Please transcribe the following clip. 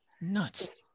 nuts